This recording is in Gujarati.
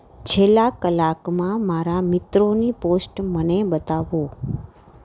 છેલ્લાં કલાકમાં મારા મિત્રોની પોસ્ટ મને બતાવો